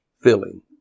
filling